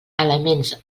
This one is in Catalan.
elements